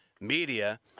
Media